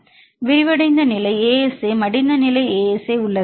எனவே விரிவடைந்த நிலை ASA மடிந்த நிலை ASA உள்ளது